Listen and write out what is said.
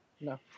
No